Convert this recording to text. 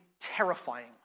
terrifying